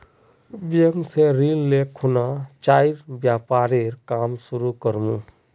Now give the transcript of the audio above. bank स ऋण ले खुना चाइर व्यापारेर काम शुरू कर मु